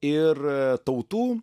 ir tautų